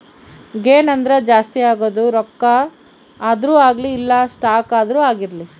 gain ಅಂದ್ರ ಜಾಸ್ತಿ ಆಗೋದು ರೊಕ್ಕ ಆದ್ರೂ ಅಗ್ಲಿ ಇಲ್ಲ ಸ್ಟಾಕ್ ಆದ್ರೂ ಆಗಿರ್ಲಿ